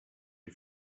who